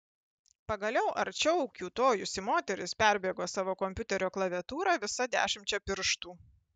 pagaliau arčiau kiūtojusi moteris perbėgo savo kompiuterio klaviatūrą visa dešimčia pirštų